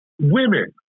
Women